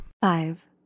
Five